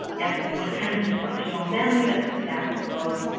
yes, sometimes dysfunctional family that spans the globe